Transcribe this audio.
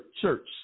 church